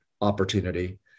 opportunity